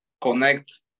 connect